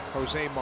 Jose